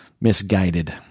misguided